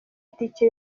itike